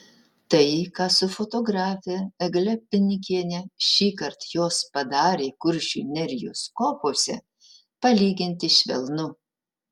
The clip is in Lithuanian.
tai ką su fotografe egle pinikiene šįkart jos padarė kuršių nerijos kopose palyginti švelnu